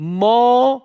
more